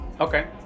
Okay